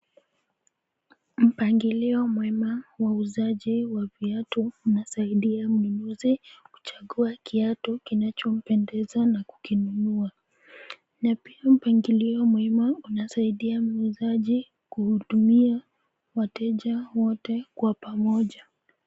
Mpangilio mwema wa uuzaji wa viatu unasaidia mnunuzi kuchagua kiatu kinacho mpendeza na kukinunua. Na pia mpangilio mwema unasaidia muuzaji kuhudumia wateja wote kwa pamoja.